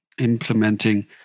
implementing